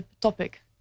topic